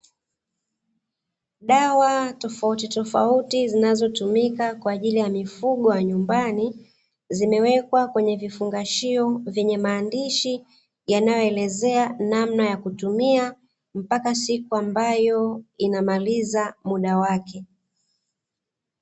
Dawa tofautitofauti zinazotumika kwa ajili ya mifugo wa nyumbani, zimewekwa kwenye vifungashio vyenye maandishi yanayoelezea namna ya kutumia, mpaka siku ambayo inamaliza muda wake.